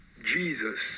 Jesus